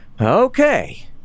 Okay